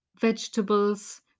vegetables